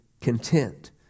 content